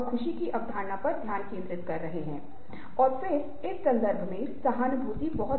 मौन उन वार्तालापों के संदर्भ में प्रासंगिक है जो रोज़ होती हैं